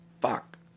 fuck